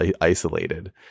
isolated